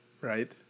right